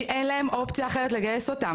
כי אין להם אופציה אחרת לגייס אותם,